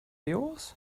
yours